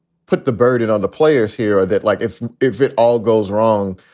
put the burden on the players here that like if if it all goes wrong,